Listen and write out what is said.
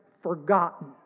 forgotten